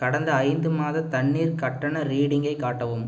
கடந்த ஐந்து மாத தண்ணீர் கட்டண ரீடிங்கை காட்டவும்